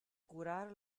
curare